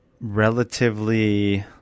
relatively